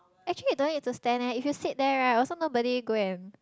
actually you don't need to stand leh if you sit there right also nobody go and